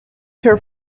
her